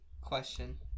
question